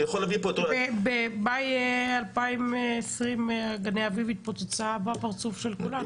אני יכול להביא לפה -- ובמאי 2020 גני אביב התפוצצה בפרצוף של כולנו.